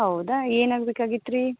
ಹೌದಾ ಏನು ಆಗ್ಬೇಕಾಗಿತ್ತು ರೀ